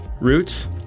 Roots